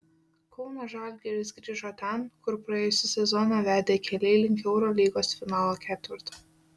kauno žalgiris grįžo ten kur praėjusį sezoną vedė keliai link eurolygos finalo ketverto